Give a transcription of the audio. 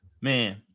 Man